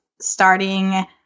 starting